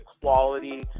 quality